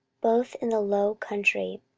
both in the low country,